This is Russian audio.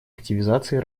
активизации